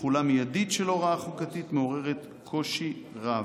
תחולה מיידית של הוראה חוקתית מעוררת קושי רב,